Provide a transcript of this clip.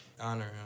Honor